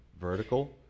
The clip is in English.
vertical